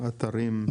מה הם קונים?